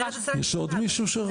ברגע שיש החלטה שיפוטית,